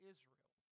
Israel